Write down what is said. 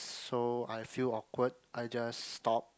so I feel awkward I just stop